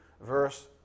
Verse